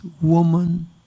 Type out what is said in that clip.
woman